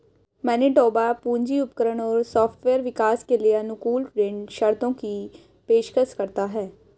Manitoba पूंजी उपकरण और सॉफ्टवेयर विकास के लिए अनुकूल ऋण शर्तों की पेशकश करता है